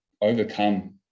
overcome